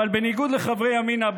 אבל בניגוד לחברי ימינה,